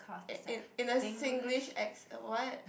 in in a Singlish acce~ what